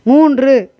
மூன்று